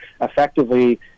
effectively